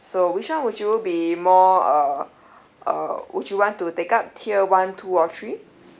so which one would you be more uh uh would you want to take up tier one two or three